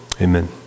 Amen